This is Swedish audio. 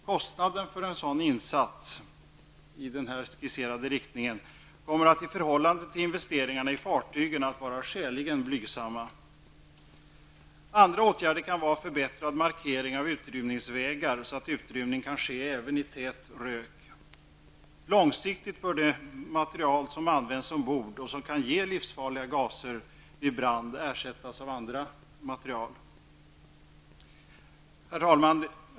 Kostnaderna för en insats i den här skisserade riktningen kommer att vara skäligen blygsamma i förhållande till investeringarna i fartygen. Andra åtgärder kan vara förbättrad markering av utrymningsvägar, så att utrymning kan ske även i tät rök. Långsiktigt bör de material som används ombord och som kan ge livsfarliga gaser vid brand ersättas med andra material. Herr talman!